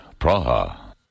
Praha